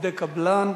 עובדי קבלן,